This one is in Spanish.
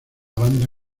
banda